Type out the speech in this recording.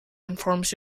informs